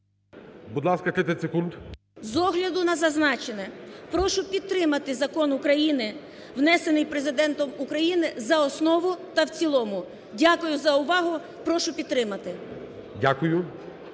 Будь ласка, 30 секунд. ЛУЦЕНКО І.С. З огляду на зазначене прошу підтримати закон України, внесений Президентом України, за основу та в цілому. Дякую за увагу. Прошу підтримати.